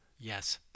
Yes